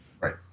Right